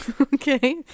Okay